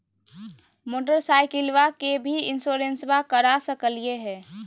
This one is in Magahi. मोटरसाइकिलबा के भी इंसोरेंसबा करा सकलीय है?